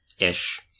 ish